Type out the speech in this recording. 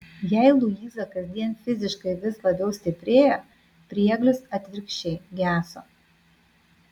jei luiza kasdien fiziškai vis labiau stiprėjo prieglius atvirkščiai geso